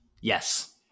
Yes